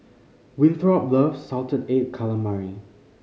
Winthrop loves salted egg calamari